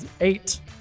eight